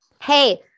Hey